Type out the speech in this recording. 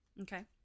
Okay